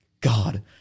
God